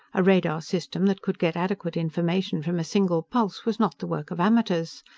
a radar system that could get adequate information from a single pulse was not the work of amateurs.